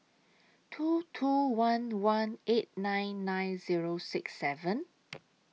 two two one one eight nine nine Zero six seven